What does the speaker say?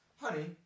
honey